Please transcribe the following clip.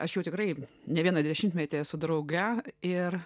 aš jau tikrai ne vieną dešimtmetį esu drauge ir